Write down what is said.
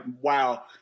wow